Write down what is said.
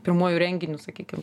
pirmuoju renginiu sakykim